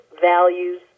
values